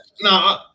No